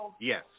Yes